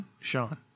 Sean